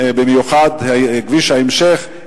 במיוחד כביש ההמשך,